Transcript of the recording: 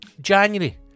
January